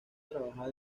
trabajaba